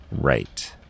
Right